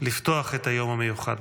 לפתוח את היום המיוחד.